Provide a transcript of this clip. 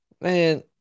Man